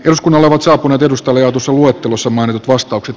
jos kunnat ovat saapuneet edusta verotusluettelo samoin lausunto